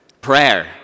Prayer